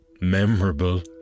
memorable